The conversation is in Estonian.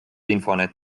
infonet